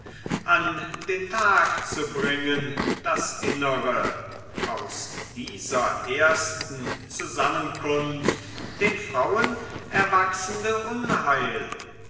an den tag zu bringen das innere aus dieser ersten zusammenkunft den frauen erwachsende unheil